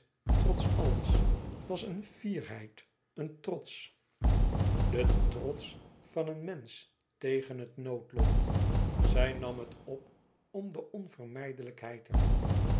trots alles was een fierheid een trots de trots van een mensch tegen het noodlot zij nam het op om de onvermijdelijkheid ervan